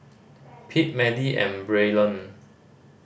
Pete Madie and Braylon